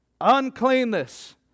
uncleanness